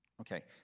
Okay